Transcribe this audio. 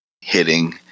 hitting